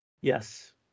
Yes